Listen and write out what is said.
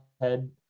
head